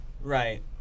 Right